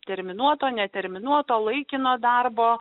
terminuota neterminuota laikino darbo